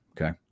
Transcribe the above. Okay